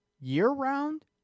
year-round